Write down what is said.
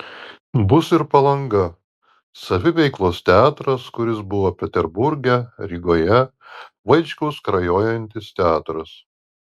bus ir palanga saviveiklos teatras kuris buvo peterburge rygoje vaičkaus skrajojantis teatras